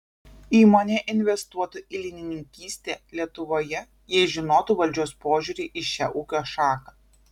įmonė investuotų į linininkystę lietuvoje jei žinotų valdžios požiūrį į šią ūkio šaką